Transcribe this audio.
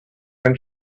when